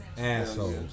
assholes